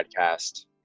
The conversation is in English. podcast